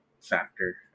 factor